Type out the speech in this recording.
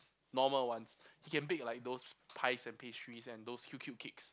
normal ones he can bake like those pies and pastries and those cute cute cakes